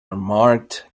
unmarked